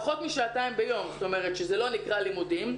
פחות משעתיים ביום זאת אומרת שזה לא נקרא לימודים,